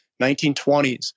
1920s